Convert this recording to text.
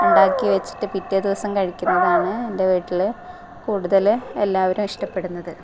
ഉണ്ടാക്കി വെച്ചിട്ട് പിറ്റെ ദിവസം കഴിക്കുന്നതാണ് എൻ്റെ വീട്ടിൽ കൂടുതൽ എല്ലാവരും ഇഷ്ടപ്പെടുന്നത്